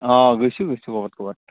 অঁ গৈছোঁ গৈছোঁ ক'ৰবাত ক'ৰবাত